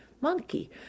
monkey